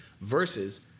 versus